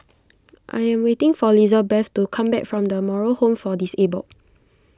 I am waiting for Lizabeth to come back from the Moral Home for Disabled